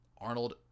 Arnold